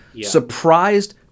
surprised